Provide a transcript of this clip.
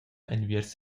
enviers